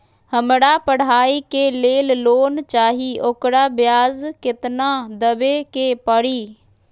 हमरा पढ़ाई के लेल लोन चाहि, ओकर ब्याज केतना दबे के परी?